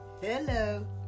Hello